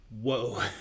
Whoa